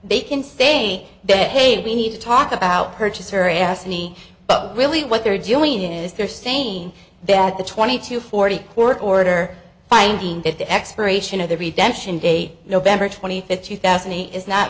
they can say that hey we need to talk about purchaser asked me but really what they're doing is they're saying that the twenty to forty court order finding that the expiration of the retention day november twenty fifth two thousand and eight is not